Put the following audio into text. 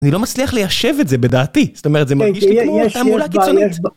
אני לא מצליח ליישב את זה בדעתי, זאת אומרת זה מרגיש לי כמו אותה מעולה קיצונית.